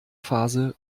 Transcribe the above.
phase